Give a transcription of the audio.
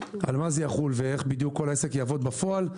על מה זה יחול ואיך כל העסק יעבוד בדיוק בפעול.